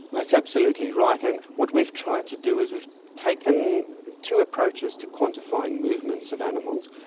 that's absolutely right, and what we've tried to do is we've taken two approaches to quantifying movements of animals.